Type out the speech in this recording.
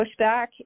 pushback